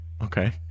Okay